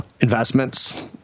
investments